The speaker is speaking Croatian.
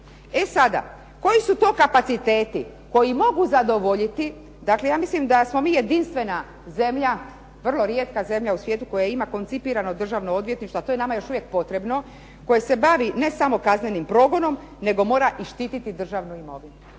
E sada, koji su to kapaciteti koji mogu zadovoljiti. Dakle, ja mislim da smo mi vrlo jedinstvena zemlja, vrlo rijetka zemlja u svijetu koja ima koncipirano Državno odvjetništvo, a to je nama još uvijek potrebno, koje se bavi ne samo kaznenim progonom nego mora i štititi državnu imovinu.